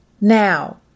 Now